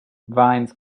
vines